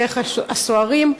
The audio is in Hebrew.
דרך הסוהרים,